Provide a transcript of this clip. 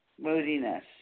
moodiness